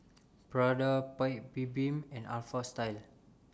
Prada Paik's Bibim and Alpha Style